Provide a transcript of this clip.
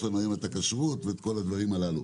יש לנו היום את הכשרות ואת כל הדברים הללו.